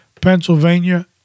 Pennsylvania